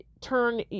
turn